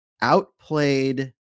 outplayed